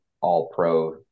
all-pro